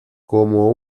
como